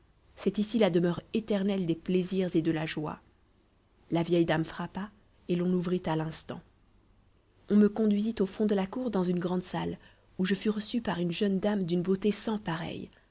c'est ici la demeure éternelle des plaisirs et de la joie la vieille dame frappa et l'on ouvrit à l'instant on me conduisit au fond de la cour dans une grande salle où je fus reçue par une jeune dame d'une beauté sans pareille